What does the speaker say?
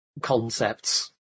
concepts